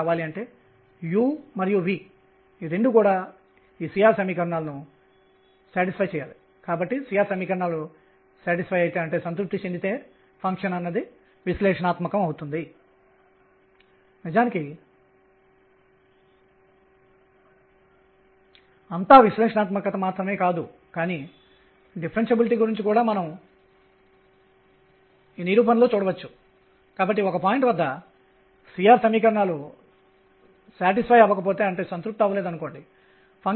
కాబట్టి energy condition E12mṙ212mr2ϕ ̇2 kr నుండి లెక్కిద్దాం